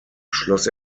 schloss